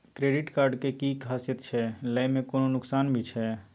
Credit card के कि खासियत छै, लय में कोनो नुकसान भी छै?